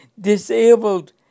disabled